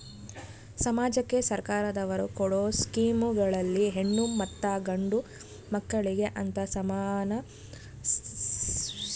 ಸಮಾಜಕ್ಕೆ ಸರ್ಕಾರದವರು ಕೊಡೊ ಸ್ಕೇಮುಗಳಲ್ಲಿ ಹೆಣ್ಣು ಮತ್ತಾ ಗಂಡು ಮಕ್ಕಳಿಗೆ ಅಂತಾ ಸಮಾನ ಸಿಸ್ಟಮ್ ಐತಲ್ರಿ?